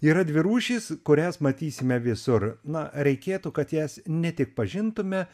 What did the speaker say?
yra dvi rūšys kurias matysime visur na reikėtų kad jas ne tik pažintume